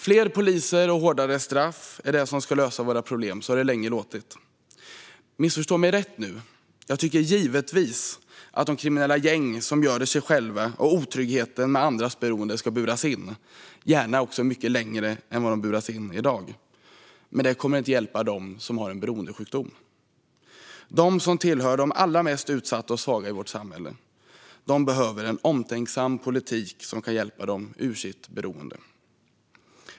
Fler poliser och hårdare straff är det som ska lösa våra problem. Så har det länge låtit. Missförstå mig rätt nu; jag tycker givetvis att de kriminella gäng som göder sig själva och otryggheten genom andras beroende ska buras in, gärna under mycket längre tid än i dag. Men det kommer inte att hjälpa dem som har en beroendesjukdom. De som tillhör de allra mest utsatta och svaga i vårt samhälle behöver en omtänksam politik som kan hjälpa dem ur beroendet.